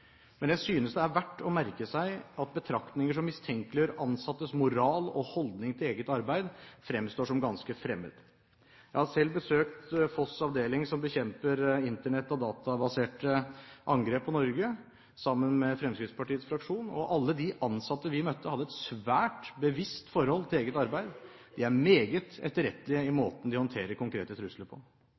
men jeg synes det er verdt å merke seg at betraktninger som mistenkeliggjør ansattes moral og holdning til eget arbeid, fremstår som ganske fremmed. Jeg har selv, sammen med Fremskrittspartiets fraksjon, besøkt FOSTs avdeling som bekjemper Internett- og databaserte angrep på Norge, og alle de ansatte vi møtte, hadde et svært bevisst forhold til eget arbeid. De er meget etterrettelige i måten de håndterer konkrete trusler på.